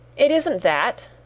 it isn't that,